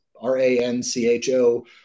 r-a-n-c-h-o